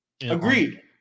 Agreed